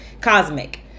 Cosmic